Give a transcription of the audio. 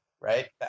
right